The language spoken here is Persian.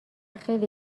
خیلی